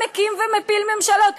מקים ומפיל ממשלות.